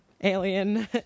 alien